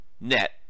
net